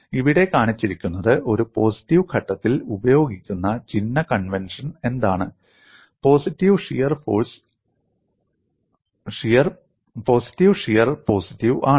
ഇവിടെ കാണിച്ചിരിക്കുന്നത് ഒരു പോസിറ്റീവ് ഘട്ടത്തിൽ ഉപയോഗിക്കുന്ന ചിഹ്ന കൺവെൻഷൻ എന്താണ് പോസിറ്റീവ് ഷിയർ പോസിറ്റീവ് ആണ്